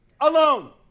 Alone